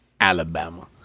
Alabama